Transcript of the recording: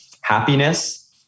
Happiness